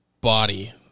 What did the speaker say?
body